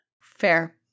Fair